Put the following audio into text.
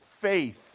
faith